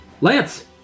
Lance